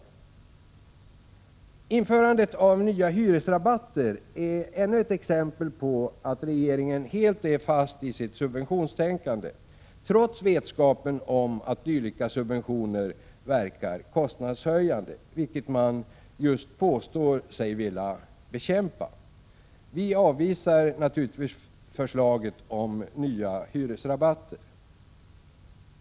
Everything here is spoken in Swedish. AST DER Ra nal da Införandet av nya hyresrabatter är ännu ett exempel på att regeringen helt är fast i sitt subventionstänkande, trots vetskapen om att dylika subventioner verkar kostnadshöjande — något som man just påstår sig vilja bekämpa. Vi avvisar naturligtvis förslaget om nya hyresrabatter.